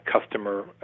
customer